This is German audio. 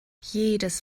jedes